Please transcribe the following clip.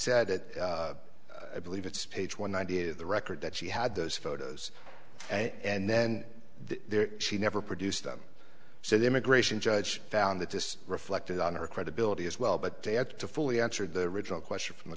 said that i believe it's page one hundred of the record that she had those photos and then there she never produced them so the immigration judge found that this reflected on her credibility as well but they had to fully answered the original question from